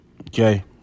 Okay